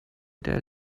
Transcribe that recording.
der